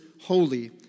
holy